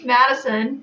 Madison